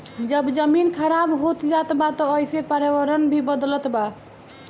जब जमीन खराब होत जात बा त एसे पर्यावरण भी बदलत बा